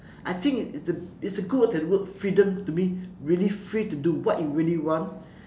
I think it's a it's a good to have the word freedom to me really free to do what you really want